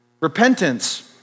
Repentance